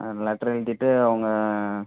ஆ letter எழுதிட்டு அவங்க